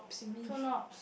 two knob